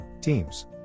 teams